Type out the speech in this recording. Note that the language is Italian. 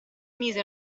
mise